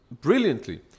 brilliantly